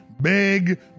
big